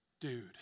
dude